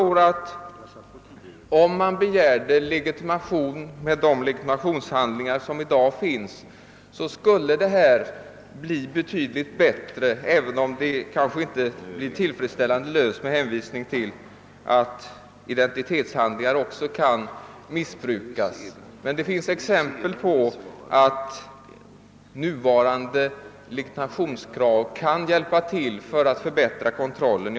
Om man på banken : begärde legitimation med de legitimationshandlingar som i lag finns, tror jag besvärligheterna i detta avseende skulle bli mindre, även om problemet väl inte heller då blir helt löst med hänsyn till att identitetshandlingar kan missbrukas. Det finns dock exempel som visar att sådana krav på legitimation kan bidra till att förbättra kontrollen.